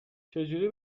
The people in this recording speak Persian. چجوری